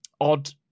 odd